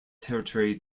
territory